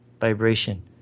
vibration